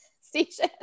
station